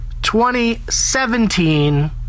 2017